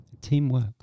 Teamwork